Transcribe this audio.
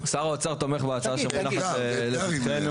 שר האוצר תומך בהצעה שמונחת לפתחנו.